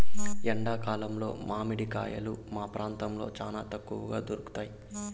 ఎండా కాలంలో మామిడి కాయలు మా ప్రాంతంలో చానా తక్కువగా దొరుకుతయ్